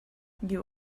you